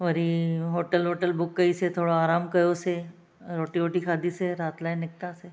वरी होटल वोटल बुक कईसीं थोरो आरामु कयोसीं रोटी वोटी खाधीसीं राति लाइ निकितासीं